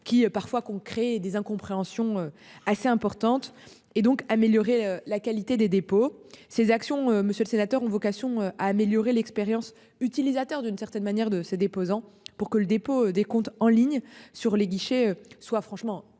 Qui parfois qu'on créé des incompréhensions assez importante et donc améliorer la qualité des dépôts ces actions. Monsieur le sénateur, ont vocation à améliorer l'expérience utilisateur d'une certaine manière de ses déposants pour que le dépôt des comptes en ligne sur les guichets soient franchement une